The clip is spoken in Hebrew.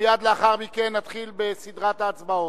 מייד לאחר מכן נתחיל בסדרת ההצבעות.